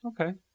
Okay